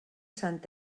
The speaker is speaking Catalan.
sant